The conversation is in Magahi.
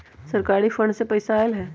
सरकारी फंड से पईसा आयल ह?